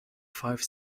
five